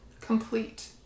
Complete